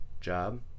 job